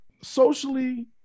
socially